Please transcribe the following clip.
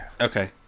Okay